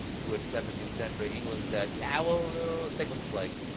to which seventeenth century england said, i'll stick with the plague.